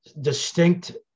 distinct